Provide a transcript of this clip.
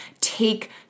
take